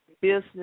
business